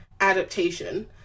adaptation